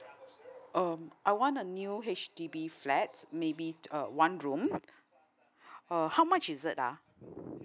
um I want a new H_D_B flat maybe a one room uh how how much is it ah